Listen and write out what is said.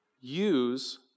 use